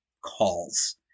calls